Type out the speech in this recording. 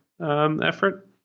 effort